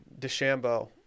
DeChambeau